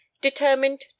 determined